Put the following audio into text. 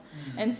mm